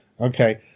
Okay